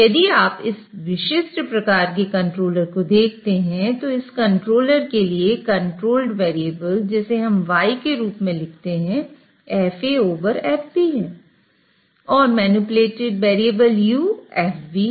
यदि आप इस विशिष्ट प्रकार के कंट्रोलर को देखते हैं तो इस कंट्रोलर के लिए कंट्रोल्ड वेरिएबल u FB है